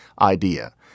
idea